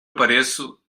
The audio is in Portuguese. apareço